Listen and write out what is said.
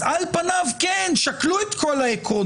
אז על פניו, כן, שקלו את כל העקרונות,